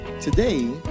Today